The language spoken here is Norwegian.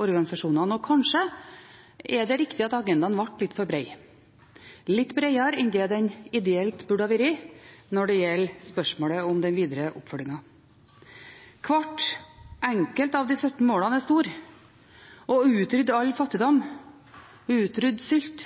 organisasjonene. Og kanskje er det riktig at agendaen ble litt for bred, litt bredere enn det den ideelt burde ha vært når det gjelder spørsmålet om den videre oppfølgingen. Hvert enkelt av de 17 målene er stort. Å utrydde all fattigdom, utrydde sult,